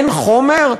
אין חומר?